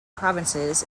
provinces